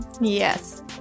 Yes